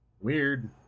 Weird